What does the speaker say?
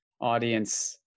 audience